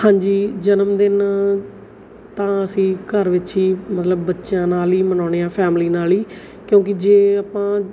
ਹਾਂਜੀ ਜਨਮਦਿਨ ਤਾਂ ਅਸੀਂ ਘਰ ਵਿੱਚ ਹੀ ਮਤਲਬ ਬੱਚਿਆਂ ਨਾਲ ਹੀ ਮਨਾਉਂਦੇ ਹਾਂ ਫੈਮਲੀ ਨਾਲ ਹੀ ਕਿਉਂਕਿ ਜੇ ਆਪਾਂ